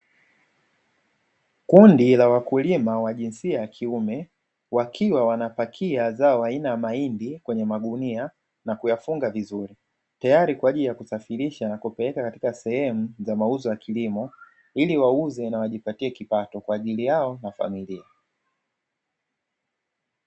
Kundi la wakulima wa jinsia ya kiume wakiwa wanapakia zao aina ya mahindi kwenye magunia na kuyafunga vizuri, tayari kwa ajili ya kusafirisha na kuyapeleka katika sehemu ya mauzo ya kilimo ili wauze na wajipatie kipato kwa ajili yao na familia.